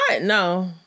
No